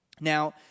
Now